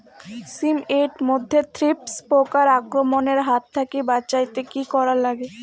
শিম এট মধ্যে থ্রিপ্স পোকার আক্রমণের হাত থাকি বাঁচাইতে কি করা লাগে?